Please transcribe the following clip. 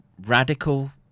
radical